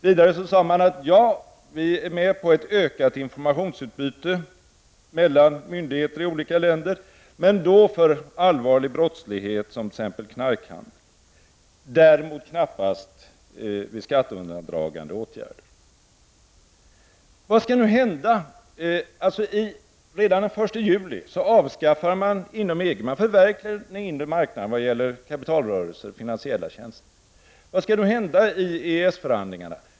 Vidare sade man att man var med på ett ökat informationsutbyte mellan myndigheter i olika länder, men då för allvarlig brottslighet, som knarkhandel, däremot knappast vid skatteundandragande åtgärder. Redan den I juli förverkligar man inom EG den inre marknaden vad gäller kapitalrörelser och finansiella tjänster. Vad skall hända i EES-förhandlingarna?